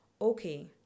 okay